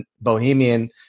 bohemian